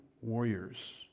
warriors